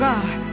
God